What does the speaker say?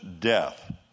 death